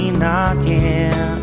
knocking